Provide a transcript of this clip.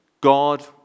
God